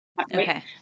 Okay